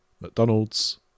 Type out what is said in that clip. mcdonald's